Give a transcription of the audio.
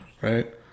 right